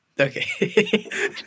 okay